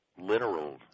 literal